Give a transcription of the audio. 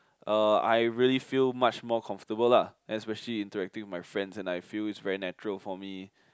uh I really feel much more comfortable lah especially interacting with my friends and I feel it's very natural for me